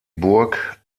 burg